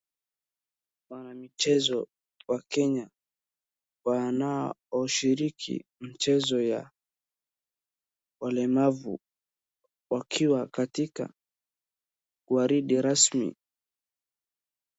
Wanamichezo wa Kenya wanaoshiriki michezo ya walemavu, wakiwa katika waridi rasmi.